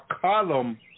column